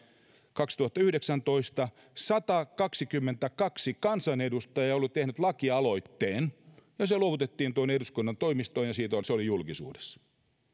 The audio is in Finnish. kaksituhattayhdeksäntoista satakaksikymmentäkaksi kansanedustajaa oli tehnyt lakialoitteen ja se luovutettiin tuonne eduskunnan toimistoon ja se oli julkisuudessa